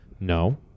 No